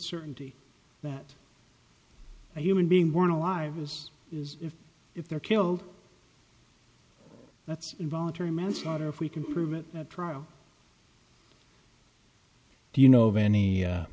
certainty that a human being born alive this is if they're killed that's involuntary manslaughter if we can prove it at trial do you know of any